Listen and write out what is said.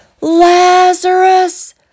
Lazarus